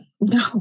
no